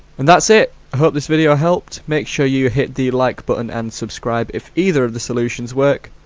and that's it! i hope this video helped, make sure you hit the like button and subscribe if either of the solutions worked.